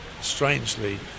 strangely